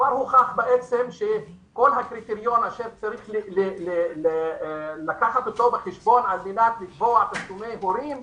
כבר הוכח שהקריטריון שצריך לקחת בחשבון על מנת לקבוע תשלומי הורים,